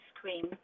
cream